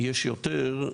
יש יותר,